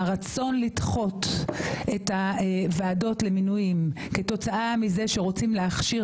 הרצון לדחות את הוועדות למינויים כתוצאה מזה שרוצים להכשיר